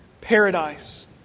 Paradise